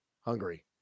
hungry